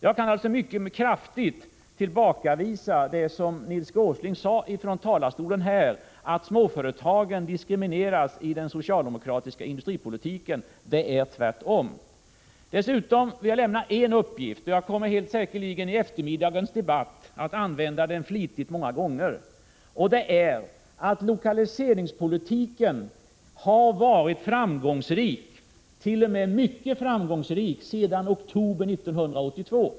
Jag kan alltså mycket kraftigt tillbakavisa det som Nils G. Åsling sade från talarstolen här, att småföretagen diskrimineras i den socialdemokratiska industripolitiken. Det förhåller sig tvärtom! Dessutom vill jag lämna en annan uppgift, och jag kommer helt säkert att i eftermiddagens debatt flitigt använda den, nämligen att lokaliseringspolitiken har varit framgångsrik, t.o.m. mycket framgångsrik, sedan oktober 1982.